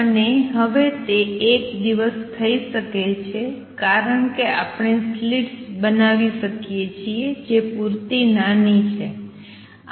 અને હવે તે એક દિવસ થઈ શકે છે કારણ કે આપણે સ્લીટ્સ બનાવી શકીએ છીએ જે પૂરતી નાની છે